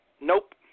Nope